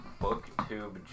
booktube